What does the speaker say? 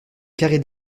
carré